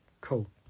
Cool